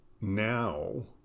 Now